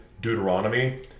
Deuteronomy